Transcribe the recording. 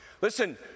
Listen